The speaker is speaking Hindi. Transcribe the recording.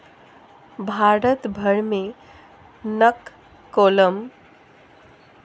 भारत भर में तककोलम, नक्षत्र सोमपू और चक्रफूल के रूप में जाना जाता है